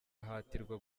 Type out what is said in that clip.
ahatirwa